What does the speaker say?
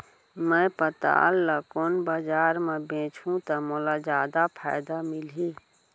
मैं पताल ल कोन बजार म बेचहुँ त मोला जादा फायदा मिलही?